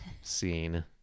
scene